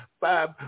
five